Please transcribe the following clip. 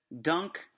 Dunk